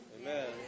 Amen